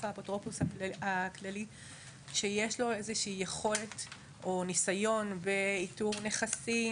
האפוטרופוס הכללי שיש לו איזושהי יכולת או ניסיון באיתור נכסים,